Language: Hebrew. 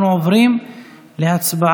היו"ר מנסור